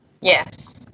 Yes